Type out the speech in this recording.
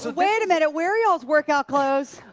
so where and and where are y'all's workout clothes.